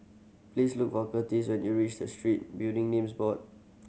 please look for Curtiss when you reach the Street Building Names Board